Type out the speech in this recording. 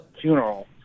funeral